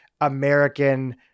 American